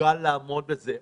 מסוגל לעמוד בזה.